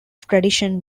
tradition